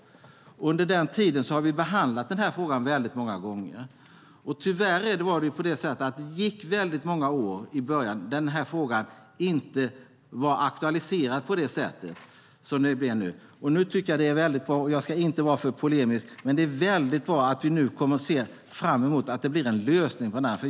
Under den tiden har vi behandlat frågan många gånger. Tyvärr gick det många år i början då den här frågan inte var aktualiserad på samma sätt som nu. Jag ska inte vara för polemisk, men det är väldigt bra att vi nu kommer att se fram emot en lösning.